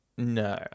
No